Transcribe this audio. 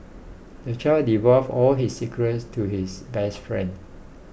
the child divulged all his secrets to his best friend